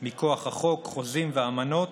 מכוח החוק, חוזים ואמנות,